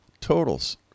totals